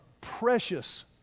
precious